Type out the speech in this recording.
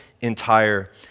entire